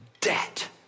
debt